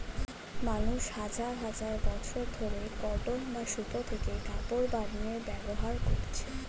মানুষ হাজার হাজার বছর ধরে কটন বা সুতো থেকে কাপড় বানিয়ে ব্যবহার করছে